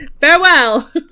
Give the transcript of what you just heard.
Farewell